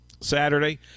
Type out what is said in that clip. Saturday